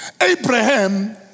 Abraham